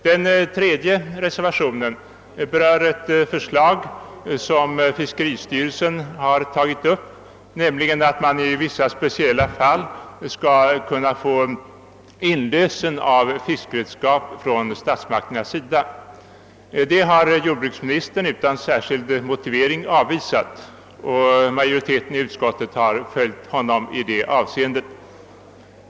Den tredje reservationen berör ett förslag som fiskeristyrelsen har tagit upp, nämligen statlig inlösen av fiskredskap i vissa fall. Detta förslag har jordbruksministern utan särskild motivering avvisat, och utskottsmajoriteten har följt honom i det avseendet.